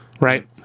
Right